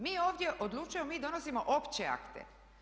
Mi ovdje odlučujemo, mi donosimo opće akte.